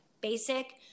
basic